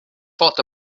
thought